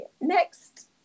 next